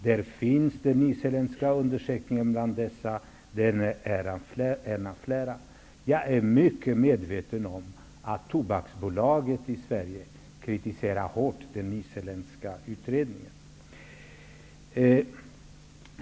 Den isländska undersökningen är där en av flera undersökningar. Jag är mycket medveten om att Tobaksbolaget i Sverige hårt kritiserar den isländska utredningen.